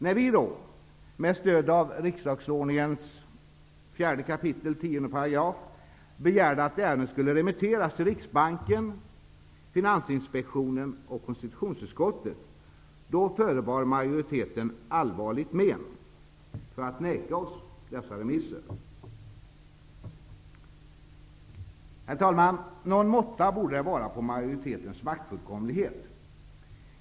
När vi då, med stöd av riksdagsordningens 4 kap. 10 § begärde att ärendet skulle remitteras till Riksbanken, Finansinspektionen och konstitutionsutskottet, då förebar majoriteten ''allvarligt men'' för att vägra oss dessa remisser. Herr talman! Någon måtta borde det vara på majoritetens maktfullkomlighet.